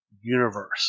universe